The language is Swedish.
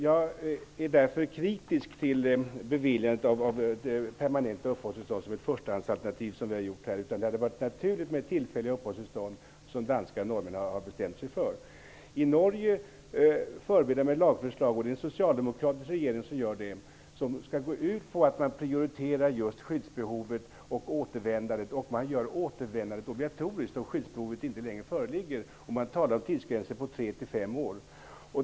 Jag är kritisk till beviljandet av permanenta uppehållstillstånd som förstahandsalternativ. Det hade varit naturligt med tillfälliga uppehållstillstånd, som danskar och norrmän har bestämt sig för. I Norge förbereder man ett lagförslag -- det är en socialdemokratisk regering som gör det -- som går ut på att just prioritera skyddsbehovet och återvändandet. Man gör återvändandet obligatoriskt då skyddsbehovet inte längre föreligger. Man talar om tidsgränser på tre till fem år.